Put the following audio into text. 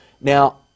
Now